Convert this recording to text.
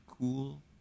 cool